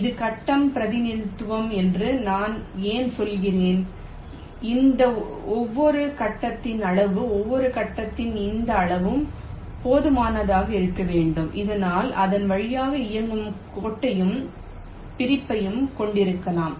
இது கட்டம் பிரதிநிதித்துவம் என்று நான் ஏன் சொல்கிறேன் இந்த ஒவ்வொரு கட்டத்தின் அளவு ஒவ்வொரு கட்டத்தின் இந்த அளவும் போதுமானதாக இருக்க வேண்டும் இதனால் அதன் வழியாக இயங்கும் கோட்டையும் பிரிப்பையும் கொண்டிருக்கலாம்